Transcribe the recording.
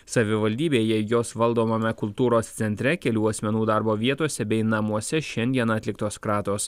savivaldybėje jos valdomame kultūros centre kelių asmenų darbo vietose bei namuose šiandieną atliktos kratos